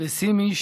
וסימי,